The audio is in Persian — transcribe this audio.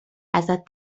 ازت